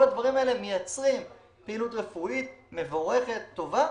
כל הדברים האלה מייצרים פעילות רפואית מבורכת וטובה,